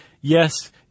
yes